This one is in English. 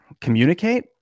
communicate